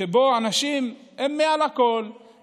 שבו אנשים הם מעל הכול,